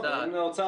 בין האוצר